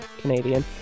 Canadian